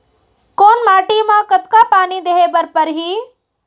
कोन माटी म कतका पानी देहे बर परहि?